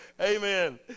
Amen